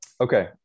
Okay